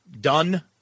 done